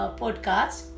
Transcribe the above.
podcast